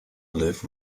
live